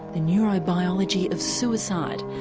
the neurobiology of suicide.